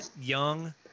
young